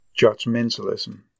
judgmentalism